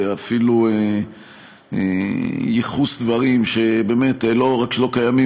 ואפילו ייחוס דברים שבאמת לא רק שלא קיימים,